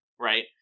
Right